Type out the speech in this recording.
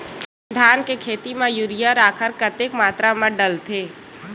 धान के खेती म यूरिया राखर कतेक मात्रा म डलथे?